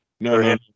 No